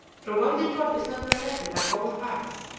provided one is not prevented by polar ice,